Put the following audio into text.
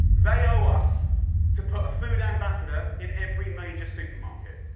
they owe us to put a food ambassador in every major supermarket.